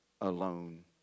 Alone